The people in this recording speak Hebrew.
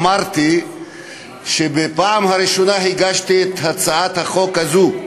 אמרתי שבפעם הראשונה הגשתי את הצעת החוק הזאת,